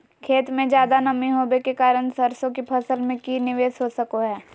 खेत में ज्यादा नमी होबे के कारण सरसों की फसल में की निवेस हो सको हय?